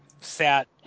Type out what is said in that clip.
sat